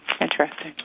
interesting